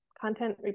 content